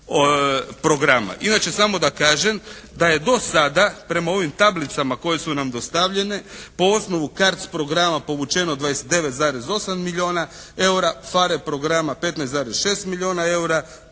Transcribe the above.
Inače, samo da kažem da je do sada prema ovim tablicama koje su nam dostavljene po osnovu CARDS programa povučeno 29,8 milijuna eura, PHARE programa 15,6 milijuna eura,